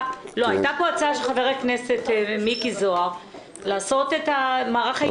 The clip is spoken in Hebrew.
הייתה פה הצעה של חבר הכנסת מיקי זוהר לעשות את מערך הישיבה לפי סיעה.